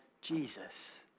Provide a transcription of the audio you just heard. Jesus